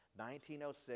1906